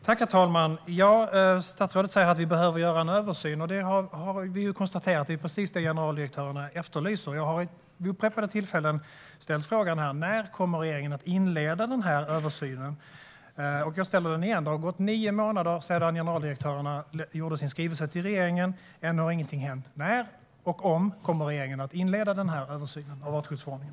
Herr talman! Statsrådet säger att vi behöver göra en översyn. Det har vi ju konstaterat. Det är precis det generaldirektörerna efterlyser. Jag har vid upprepade tillfällen ställt frågan här: När kommer regeringen att inleda den här översynen? Jag ställer den igen. Det har gått nio månader sedan generaldirektörerna gjorde sin skrivelse till regeringen. Ännu har ingenting hänt. När kommer regeringen att inleda översynen av artskyddsförordningen?